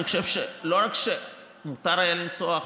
אני חושב שלא רק מותר היה לנסוע,